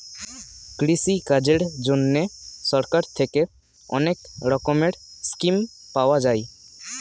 কৃষিকাজের জন্যে সরকার থেকে অনেক রকমের স্কিম পাওয়া যায়